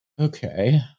Okay